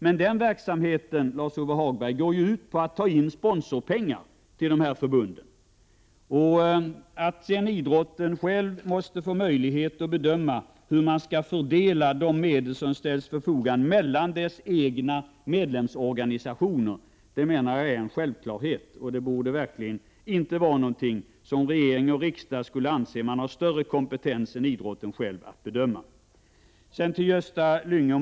Men den verksamheten, Lars-Ove Hagberg, går ju ut på att dra in sponsorpengar till de här förbunden. Sedan måste idrotten själv få möjlighet att bedöma hur man mellan dess egna organisationer skall fördela de medel som ställs till förfogande. Detta, menar jag, är en självklarhet. Det borde inte vara något som regering och riksdag anser sig besitta större kompetens att bedöma än idrotten själv.